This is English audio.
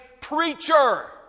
preacher